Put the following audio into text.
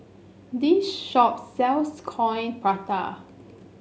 this shop sells Coin Prata